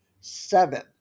Seven